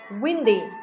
Windy